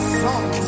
song